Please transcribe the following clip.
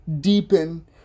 deepen